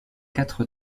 quatre